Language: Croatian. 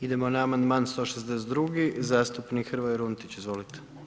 Idemo na amandman 162. zastupnik Hrvoje Runtić, izvolite.